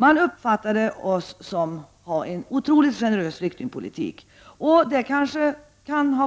Människor uppfattade att vi hade en otroligt gene Det kanske